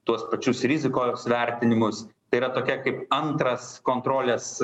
tuos pačius rizikos vertinimus tai yra tokia kaip antras kontrolės